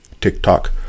TikTok